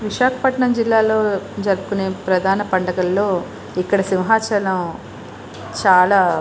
విశాఖపట్నం జిల్లాలో జరుపుకునే ప్రధాన పండగల్లో ఇక్కడ సింహాచలం చాలా